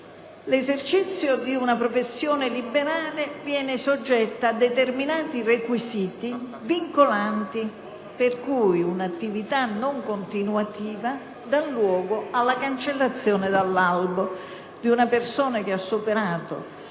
L'esercizio di una professione liberale viene assoggettata a determinati requisiti vincolanti, per cui un'attività non continuativa dà luogo alla cancellazione dall'albo di una persona che ha superato